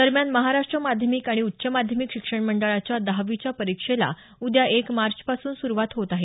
दरम्यान महाराष्ट्र माध्यमिक आणि उच्च माध्यमिक शिक्षण मंडळाच्या दहावीच्या परीक्षेला उद्या एक मार्चपासून सुरुवात होत आहे